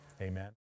Amen